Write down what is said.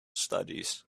studies